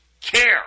care